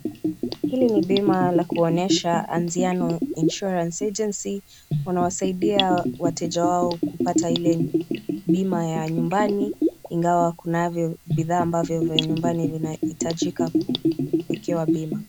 Hili ni bima la kuna onyesha Anziano Insurance Agency wanawasaidia wateja wao kupata ile bima ya nyumbani ingawa kunavyo bidhaa ambavyo vya nyumbani ambavyo inahitajika kuwekewa bima.